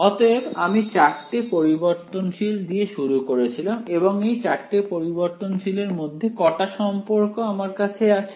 অতএব আমি চারটে পরিবর্তনশীল দিয়ে শুরু করেছিলাম এবং এই চারটে পরিবর্তনশীল এর মধ্যে কটা সম্পর্ক আমার কাছে আছে